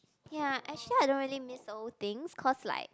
ya actually I don't really miss old things cause like